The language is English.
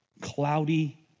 cloudy